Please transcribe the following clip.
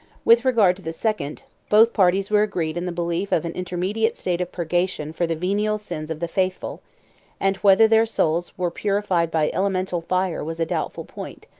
with regard to the second, both parties were agreed in the belief of an intermediate state of purgation for the venial sins of the faithful and whether their souls were purified by elemental fire was a doubtful point,